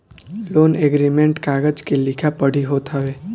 loan agreement कागज के लिखा पढ़ी होत हवे